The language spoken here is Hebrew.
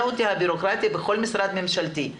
הביורוקרטיה בכל משרד ממשלתי משגעת אותי.